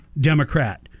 Democrat